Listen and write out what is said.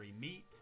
meet